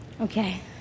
Okay